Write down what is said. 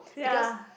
ya